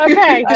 Okay